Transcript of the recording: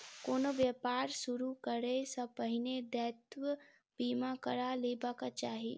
कोनो व्यापार शुरू करै सॅ पहिने दायित्व बीमा करा लेबाक चाही